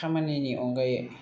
खामानिनि अनगायै